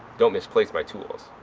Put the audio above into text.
don't misplace my tools.